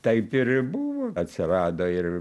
taip ir buvo atsirado ir